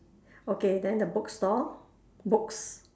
okay then the bookstore books